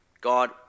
God